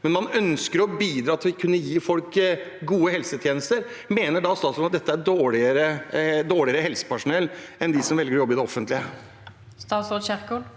men man ønsker å bidra til å gi folk gode helsetjenester – er dette dårligere helsepersonell enn dem som velger å jobbe i det offentlige?